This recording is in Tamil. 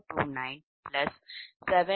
0297